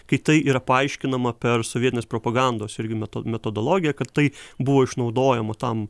kai tai yra paaiškinama per sovietinės propagandos meto metodologiją kad tai buvo išnaudojama tam